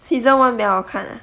season one 比较好看 ah